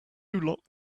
locked